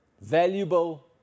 valuable